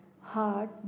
Heart